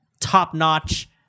Top-notch